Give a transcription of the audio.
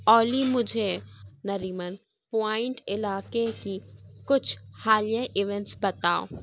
اولی مجھے نریمن پوائنٹ علاقے کی کچھ حالیہ ایونٹس بتاؤ